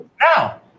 now